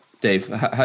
Dave